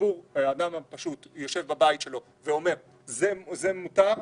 כשהאדם הפשוט יושב בביתו ואומר: זה מותר,